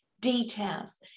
details